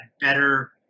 better